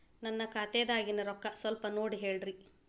ನನ್ನ ಖಾತೆದಾಗಿನ ರೊಕ್ಕ ಸ್ವಲ್ಪ ನೋಡಿ ಹೇಳ್ರಿ